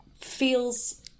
feels